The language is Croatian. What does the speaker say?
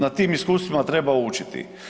Na tim iskustvima treba učiti.